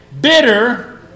bitter